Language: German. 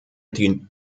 die